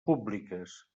públiques